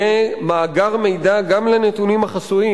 יהיה מאגר מידע גם לנתונים החסויים.